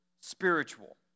spiritual